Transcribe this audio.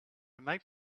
make